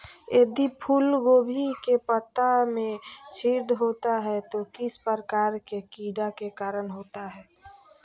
यदि फूलगोभी के पत्ता में छिद्र होता है तो किस प्रकार के कीड़ा के कारण होता है?